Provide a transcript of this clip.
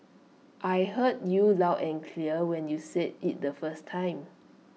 I heard you loud and clear when you said IT the first time